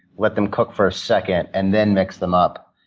let them cook for a second, and then mix them up.